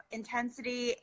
intensity